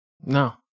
No